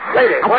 Lady